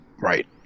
right